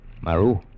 Maru